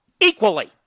equally